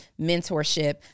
mentorship